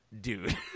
dude